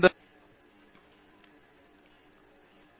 பேராசிரியர் அரிந்தமா சிங் எனவே அது கிட்டத்தட்ட தீர்க்கப்படுகிறது